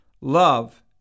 love